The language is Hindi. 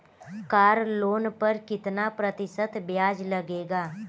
कार लोन पर कितना प्रतिशत ब्याज लगेगा?